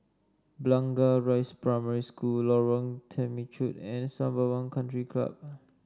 Blangah Rise Primary School Lorong Temechut and Sembawang Country Club